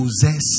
possess